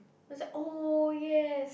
I was like oh yes